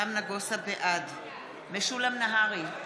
בעד משולם נהרי,